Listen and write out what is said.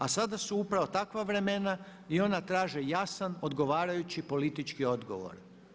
A sada su upravo takva vremena i ona traže jasan odgovarajući politički odgovor.